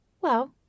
Well